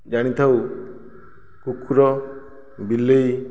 ଜାଣିଥାଉ କୁକୁର ବିଲେଇ